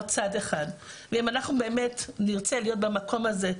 או צד אחד ואם אנחנו באמת נרצה להיות במקום הזה,